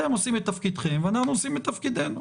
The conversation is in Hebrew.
אתם עושים את תפקידכם ואנחנו עושים את תפקידנו.